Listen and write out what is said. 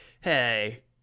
hey